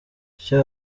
icyo